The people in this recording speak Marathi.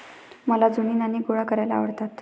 मला जुनी नाणी गोळा करायला आवडतात